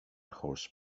horse